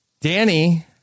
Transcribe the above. Danny